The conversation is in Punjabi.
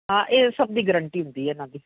ਹਾਂ ਇਹ ਸਭ ਦੀ ਗਰੰਟੀ ਹੁੰਦੀ ਹੈ ਇਹਨਾਂ ਦੀ